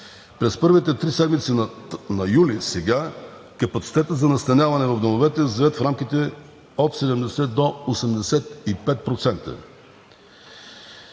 Първите три седмици на юли – сега, капацитетът за настаняване в домовете е в рамките от 70 до 85%.